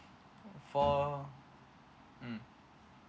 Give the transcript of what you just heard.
for mm